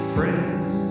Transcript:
Friends